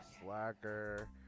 Slacker